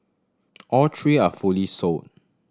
all three are fully sold